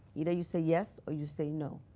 either you say yes or you say no.